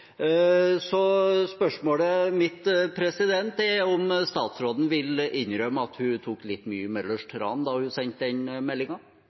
Spørsmålet mitt er om statsråden vil innrømme at hun tok litt mye Møllers tran da hun sendte den